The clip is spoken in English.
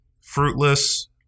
fruitless